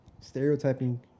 stereotyping